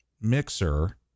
Mixer